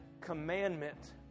commandment